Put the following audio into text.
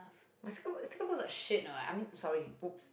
sticker book sticker books like shit now right I mean sorry !oops!